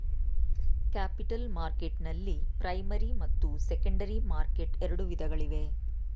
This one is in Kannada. ಕ್ಯಾಪಿಟಲ್ ಮಾರ್ಕೆಟ್ನಲ್ಲಿ ಪ್ರೈಮರಿ ಮತ್ತು ಸೆಕೆಂಡರಿ ಮಾರ್ಕೆಟ್ ಎರಡು ವಿಧಗಳಿವೆ